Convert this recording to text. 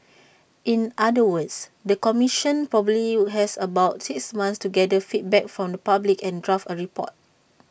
in other words the commission probably has about six months to gather feedback from the public and draft A report